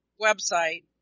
website